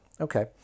okay